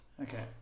Okay